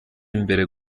imbere